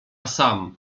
sam